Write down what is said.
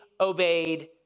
obeyed